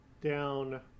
down